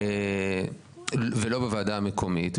ולא בוועדה המקומית,